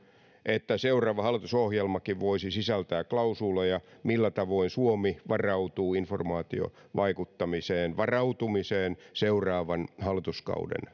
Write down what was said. että seuraava hallitusohjelmakin voisi sisältää klausuuleja millä tavoin suomi varautuu informaatiovaikuttamiseen varautumiseen seuraavan hallituskauden